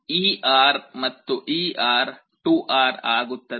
ಈ R ಮತ್ತು ಈ R 2R ಆಗುತ್ತದೆ